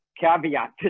caveat